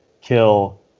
kill